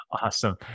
Awesome